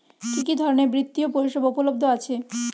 কি কি ধরনের বৃত্তিয় পরিসেবা উপলব্ধ আছে?